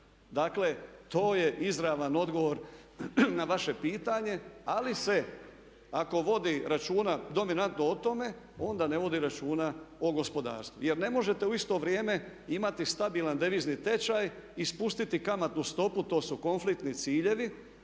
Dakle to je izravan odgovor na vaše pitanje. Ali se ako vodi računa dominantno o tome onda ne vodi računa o gospodarstvu. Jer ne možete u isto vrijeme imati stabilan devizni tečaj i spustiti kamatnu stopu, to su konfliktni ciljevi